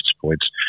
points